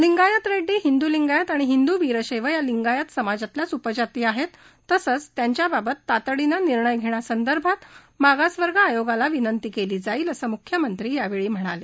लिंगायत रेड्डी हिंदू लिंगायत आणि हिंदू वीरशैव ह्या लिंगायत समाजातल्याच उपजाती आहेत तसंच त्यांच्याबाबत तातडीनं निर्णय घेण्यासंदर्भात मागासवर्ग आयोगाला विनंती केली जाईल असं म्ख्यमंत्री यावेळी म्हणाले